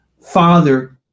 father